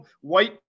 white